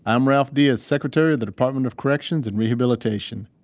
i'm ralph diaz, secretary of the department of corrections and rehabilitation.